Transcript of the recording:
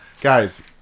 Guys